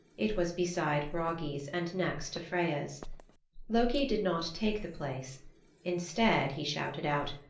it was beside bragi's and next to freya's. loki did not take the place instead he shouted out,